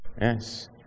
Yes